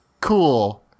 cool